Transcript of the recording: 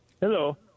Hello